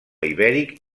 ibèric